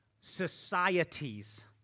societies